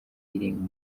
irenga